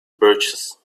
birches